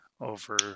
over